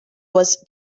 was